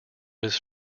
his